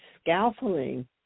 scaffolding